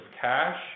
cash